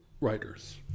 writers